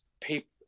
people